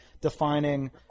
defining –